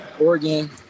Oregon